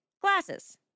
glasses